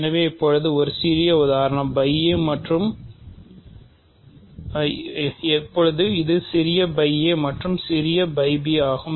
எனவே இப்போது இது சிறிய மற்றும் இது சிறிய ஆகும்